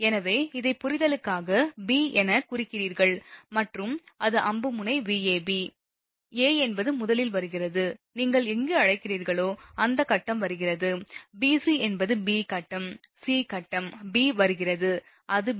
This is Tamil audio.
எனவே இதை புரிதலுக்காக b எனக் குறிக்கிறீர்கள் மற்றும் அது அம்பு முனை Vab a என்பது முதலில் வருகிறது நீங்கள் எங்கு அழைக்கிறீர்களோ அங்கு கட்டம் வருகிறது bc என்றால் b கட்டம் c கட்டம் b வருகிறது அது b